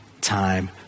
time